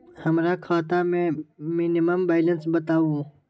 हमरा खाता में मिनिमम बैलेंस बताहु?